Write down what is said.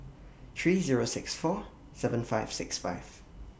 three Zero six four seven five six five